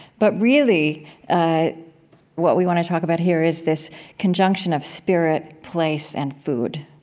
but really what we want to talk about here is this conjunction of spirit, place, and food.